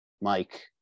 Mike